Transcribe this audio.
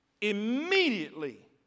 immediately